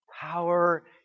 power